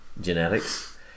genetics